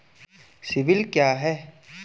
CIBIL क्या है?